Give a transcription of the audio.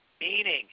meaning